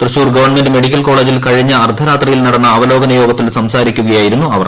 Thrissur government medical കോളജിൽ കഴിഞ്ഞ അർധരാത്രിയിൽ നടന്ന അവലോകന യോഗത്തിൽ സംസാരിക്കുകയായിരുന്നു അവർ